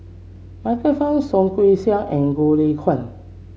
Michael Fam Soh Kay Siang and Goh Lay Kuan